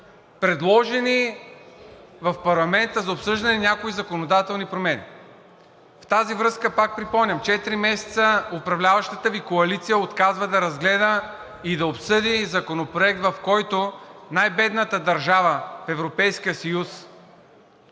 предложени в парламента за обсъждане някои законодателни промени. В тази връзка пак припомням – четири месеца управляващата Ви коалиция отказва да разгледа и да обсъди законопроект, в който най-бедната държава в Европейския